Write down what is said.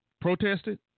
protested